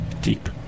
Deep